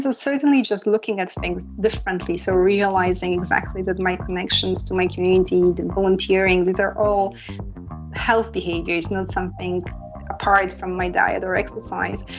so certainly just looking at things differently, so realising exactly that my connections to my community, the volunteering, these are all health behaviours, not something apart from my diet or exercise.